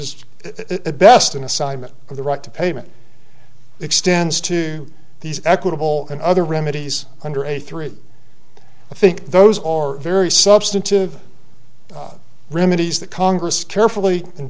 a best an assignment of the right to payment extends to these equitable and other remedies under a three i think those are very substantive remedies that congress carefully and